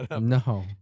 No